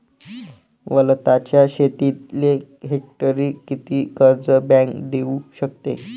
वलताच्या शेतीले हेक्टरी किती कर्ज बँक देऊ शकते?